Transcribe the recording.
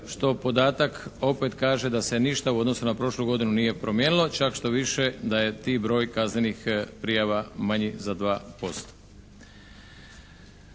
što podatak opet kaže da se ništa u odnosu na prošlu godinu nije promijenilo, čak štoviše da je broj tih kaznenih prijava manji za 2%.